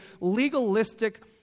legalistic